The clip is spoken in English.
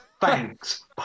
thanks